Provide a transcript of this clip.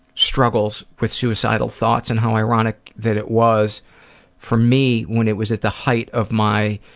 struggles with suicidal thoughts and how ironic that it was for me when it was at the height of my